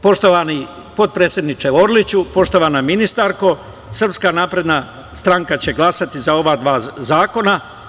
Poštovani potpredsedniče Orliću, poštovana ministarko, Srpska napredna stranka će glasati za ova dva zakona.